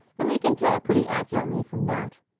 and they can tell pretty accurately from that.